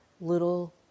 little